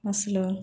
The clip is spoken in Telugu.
అసలు